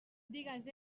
digues